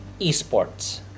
esports